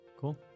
cool